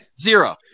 Zero